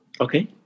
Okay